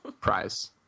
prize